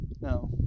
No